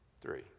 Three